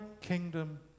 kingdom